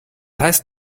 heißt